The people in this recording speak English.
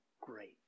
great